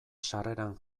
sarreran